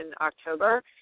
October